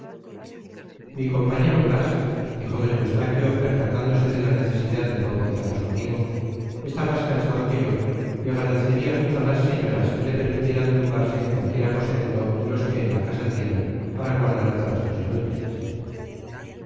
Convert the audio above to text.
mi compañero blas dijo d eustaquio percatándose de la necesidad de bautizar a su amigo está más cansado que yo y agradecería mucho a las señoras que le permitieran tumbarse en cualquier aposento de los que en la casa tienen para guardar trastos inútiles